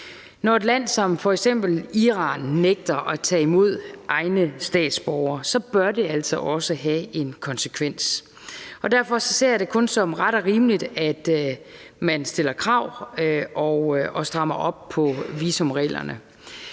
Når et land som f.eks. Iran nægter at tage imod egne statsborgere, bør det altså også have en konsekvens. Derfor ser jeg det kun som ret og rimeligt, at man stiller krav og strammer op på visumreglerne.